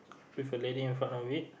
with a lady in front of it